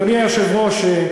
אדוני היושב-ראש,